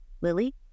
lily